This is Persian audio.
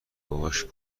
باباش